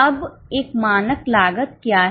अब एक मानक लागत क्या है